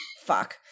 Fuck